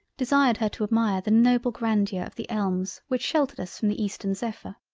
desired her to admire the noble grandeur of the elms which sheltered us from the eastern zephyr.